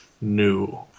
new